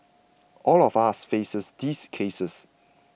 all of us faces these cases